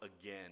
again